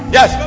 Yes